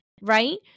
Right